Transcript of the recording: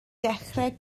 dechrau